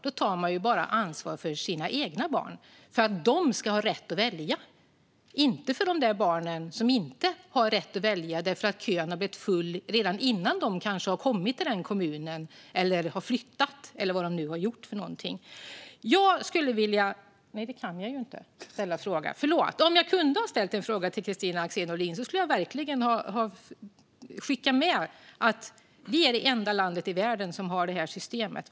Då tar man bara ansvar för sina egna barn, för att de ska ha rätt att välja, och inte för barnen som inte har rätt att välja eftersom kön blev full redan innan de kom till den kommunen eller flyttade eller vad de nu har gjort. Jag kan inte ställa en fråga, men om jag hade kunnat ställa en fråga till Kristina Axén Olin skulle jag ha skickat med att vi är det enda landet i världen som har det här systemet.